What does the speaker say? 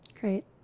Great